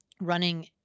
running